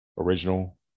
original